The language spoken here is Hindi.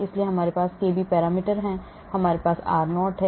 इसलिए हमारे पास kb पैरामीटर हैं हमारे पास r0 है